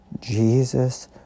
Jesus